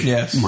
Yes